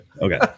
okay